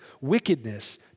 wickedness